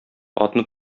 атны